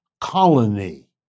colony